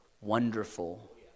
Wonderful